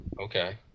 Okay